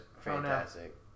fantastic